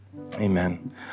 amen